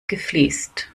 gefliest